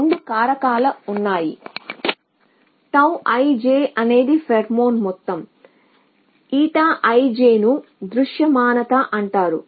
కాబట్టి 2 కారకాలు ఉన్నాయి T I J అనేది ఫేరోమోన్ మొత్తం ఈ T I J ను దృశ్యమానత అంటారు